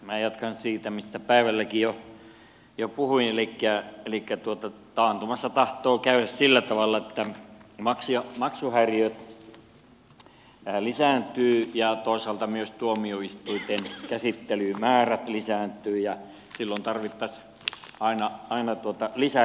minä jatkan siitä mistä päivälläkin jo puhuin elikkä taantumassa tahtoo käydä sillä tavalla että maksuhäiriöt lisääntyvät ja toisaalta myös tuomioistuinten käsittelymäärät lisääntyvät ja silloin tarvittaisiin aina lisäresursseja